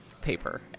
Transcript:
paper